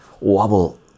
wobble